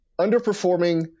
underperforming